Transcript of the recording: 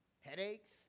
headaches